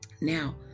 Now